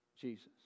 Jesus